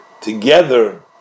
together